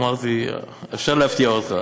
אמרתי: אפשר להפתיע אותך,